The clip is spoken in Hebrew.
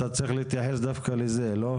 אתה צריך להתייחס דווקא לזה, לא?